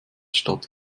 stadt